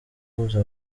uhuza